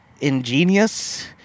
ingenious